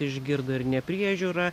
išgirdo ir nepriežiūrą